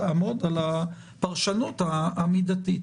לעמוד על הפרשנות המידתית.